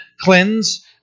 cleanse